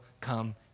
come